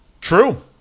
True